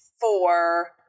four